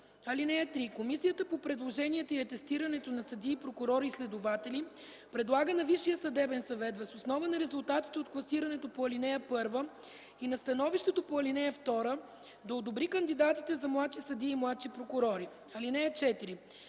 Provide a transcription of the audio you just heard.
(3) Комисията по предложенията и атестирането на съдии, прокурори и следователи предлага на Висшия съдебен съвет, въз основа на резултатите от класирането по ал. 1 и на становището по ал. 2, да одобри кандидатите за младши съдии и младши прокурори. (4)